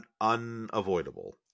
unavoidable